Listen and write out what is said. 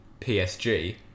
PSG